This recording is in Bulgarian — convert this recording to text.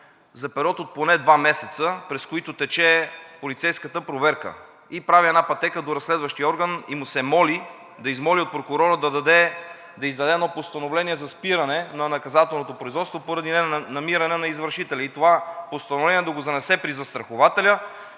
за период от поне два месеца, през които тече полицейската проверка. И прави една пътека до разследващия орган, и му се моли да измоли от прокурора да издаде едно постановление за спиране на наказателното производство поради ненамиране на извършителя. Това постановление да го занесе при застрахователя,